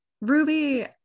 Ruby